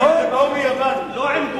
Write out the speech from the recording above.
הם באו מיוון.